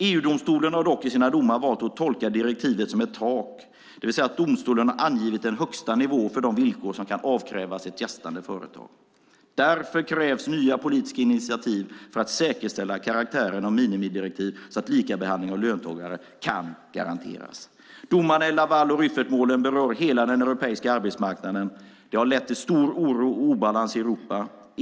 EU-domstolen har dock i sina domar valt att tolka direktivet som ett tak, det vill säga domstolen har angivit en högsta nivå för de villkor som kan avkrävas ett gästande företag. Därför krävs nya politiska initiativ för att säkerställa karaktären av minimidirektiv så att likabehandling av löntagare kan garanteras. Domarna i Laval och Rüffertmålen berör hela den europeiska arbetsmarknaden. Det har lett till stor oro och obalans i Europa.